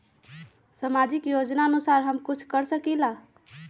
सामाजिक योजनानुसार हम कुछ कर सकील?